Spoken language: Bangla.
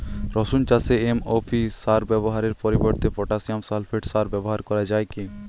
রসুন চাষে এম.ও.পি সার ব্যবহারের পরিবর্তে পটাসিয়াম সালফেট সার ব্যাবহার করা যায় কি?